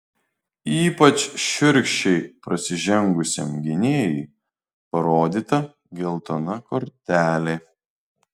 ypač šiurkščiai prasižengusiam gynėjui parodyta geltona kortelė